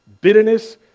bitterness